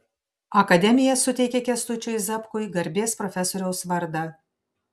akademija suteikė kęstučiui zapkui garbės profesoriaus vardą